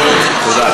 יופי, תודה.